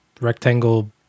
rectangle